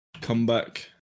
comeback